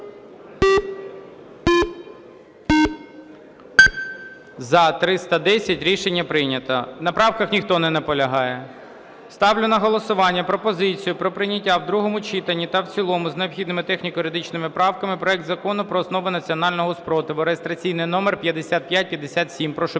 За-310 Рішення прийнято. На правках ніхто не наполягає? Ставлю на голосування пропозицію про прийняття в другому читанні та в цілому з необхідними техніко-юридичними правками проект Закону про основи національного спротиву (реєстраційний номер 5557). Прошу